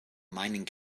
mining